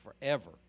forever